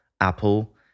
Apple